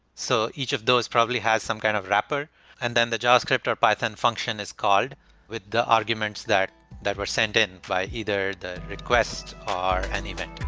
so each of those probably has some kind of wrapper and then the javascript or python function is called with the arguments that that were sent in by either the request or an event.